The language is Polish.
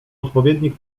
odpowiednich